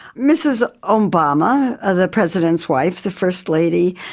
mrs um obama, ah the president's wife, the first lady,